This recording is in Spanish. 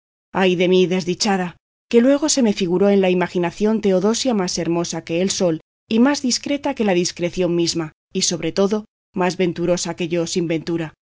ay de mí desdichada que luego se me figuró en la imaginación teodosia más hermosa que el sol y más discreta que la discreción misma y sobre todo más venturosa que yo sin ventura